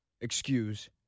excuse